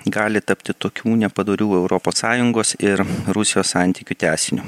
gali tapti tokių nepadorių europos sąjungos ir rusijos santykių tęsiniu